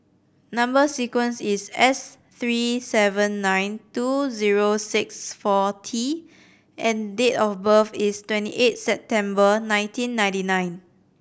number sequence is S three seven nine two zero six four T and date of birth is twenty eight September nineteen ninety nine